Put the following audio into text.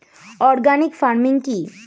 Organic farming কি?